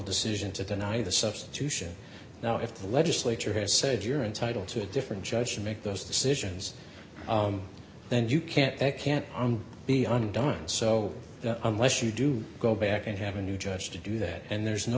decision to deny the substitution now if the legislature has said you're entitled to a different judge to make those decisions then you can't can't on be undone so unless you do go back and have a new judge to do that and there's no